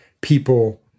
people